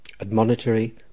admonitory